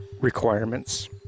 requirements